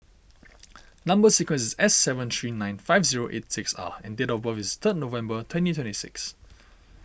Number Sequence is S seven three nine five zero eight six R and date of birth is third November twenty twenty six